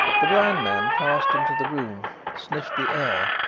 the blind man passed into the room, sniffed the air,